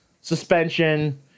suspension